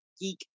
geek